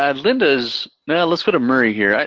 and linda's. nah, let's go to murray here.